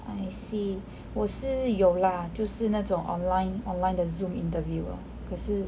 I see 我是有啦就是那种 online online 的 Zoom interview lor 可是